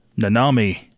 Nanami